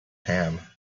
ham